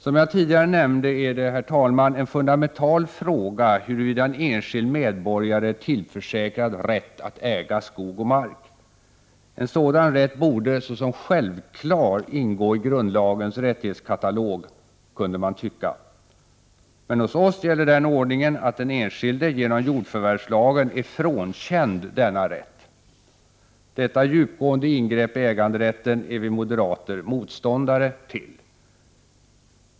Som jag tidigare nämnde är det, herr talman, en fundamental fråga, huruvida en enskild medborgare är tillförsäkrad rätt att äga skog och mark. En sådan rätt borde såsom självklar ingå i grundlagens rättighetskatalog, kunde man tycka. Men hos oss gäller den ordningen att den enskilde genom jordförvärvslagen är frånkänd denna rätt. Detta djupgående ingrepp i äganderätten är vi moderater motståndare till.